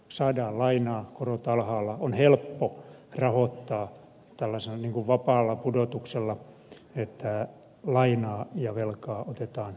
saadaan lainaa korot ovat alhaalla on helppo rahoittaa tällaisella ikään kuin vapaalla pudotuksella että lainaa ja velkaa otetaan reippaasti